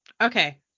Okay